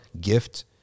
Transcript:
gift